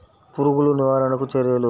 పురుగులు నివారణకు చర్యలు?